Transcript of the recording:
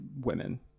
women